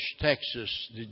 Texas